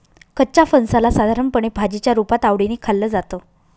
कच्च्या फणसाला साधारणपणे भाजीच्या रुपात आवडीने खाल्लं जातं